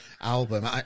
album